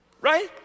Right